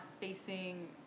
facing